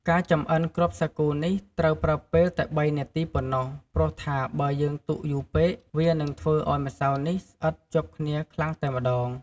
ការចម្អិនគ្រាប់សាគូនេះត្រូវប្រើពេលតែ៣នាទីប៉ុណ្ណោះ ព្រោះថា បើយើងទុកយូរពេក វានឹងធ្វើឲ្យម្សៅនេះស្អិតជាប់គ្នាខ្លាំងតែម្ដង។